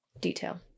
detail